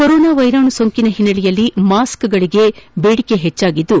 corona ವೈರಾಣು ಸೋಂಕಿನ ಹಿನ್ನೆಲೆಯಲ್ಲಿ ಮಾಸ್ಕ್ಗಳಿಗೆ ಬೇಡಿಕೆ ಹೆಚ್ಚಾಗಿದ್ದು